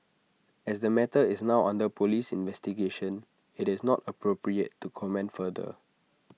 as the matter is now under Police investigation IT is not appropriate to comment further